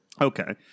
Okay